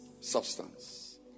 Substance